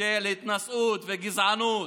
של התנשאות וגזענות